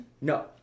No